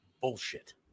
Bullshit